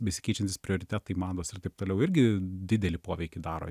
besikeičiantys prioritetai mados ir taip toliau irgi didelį poveikį daro